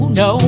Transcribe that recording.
no